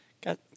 got